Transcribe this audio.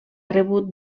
rebut